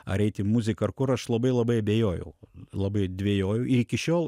ar eit į muziką ar kur aš labai labai abejojau labai dvejojau ir iki šiol